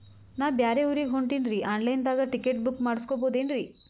ನಾ ಬ್ಯಾರೆ ಊರಿಗೆ ಹೊಂಟಿನ್ರಿ ಆನ್ ಲೈನ್ ದಾಗ ಟಿಕೆಟ ಬುಕ್ಕ ಮಾಡಸ್ಬೋದೇನ್ರಿ?